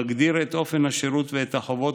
מגדיר את אופן השירות ואת החובות